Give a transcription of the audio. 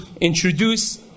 introduce